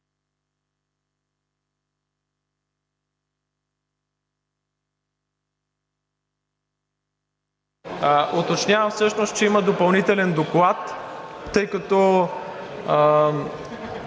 Уточнявам всъщност, че има Допълнителен доклад. Един